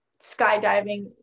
skydiving